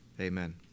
Amen